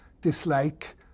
dislike